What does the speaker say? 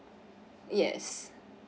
yes